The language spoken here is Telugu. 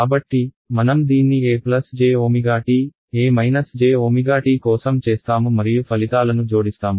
కాబట్టి మనం దీన్ని e j ω t e jωt కోసం చేస్తాము మరియు ఫలితాలను జోడిస్తాము